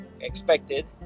expected